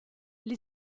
gli